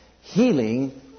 healing